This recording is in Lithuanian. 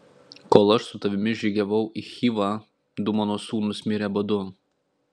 kol aš su tavimi žygiavau į chivą du mano sūnūs mirė badu